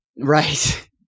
Right